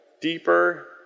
deeper